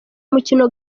umukino